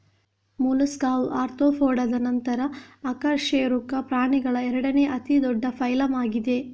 ಮೊಲಸ್ಕಾವು ಆರ್ತ್ರೋಪೋಡಾದ ನಂತರ ಅಕಶೇರುಕ ಪ್ರಾಣಿಗಳ ಎರಡನೇ ಅತಿ ದೊಡ್ಡ ಫೈಲಮ್ ಆಗಿದೆ